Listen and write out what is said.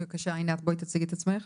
בבקשה עינת, בואי תציגי את עצמך.